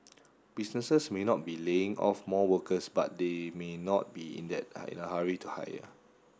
businesses may not be laying off more workers but they may not be in that I hurry to hire